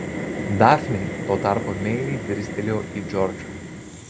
dafnė tuo tarpu meiliai dirstelėjo į džordžą